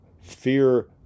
fear